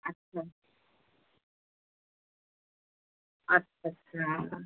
अच्छा अच्छा अच्छा अच्छा